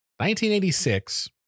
1986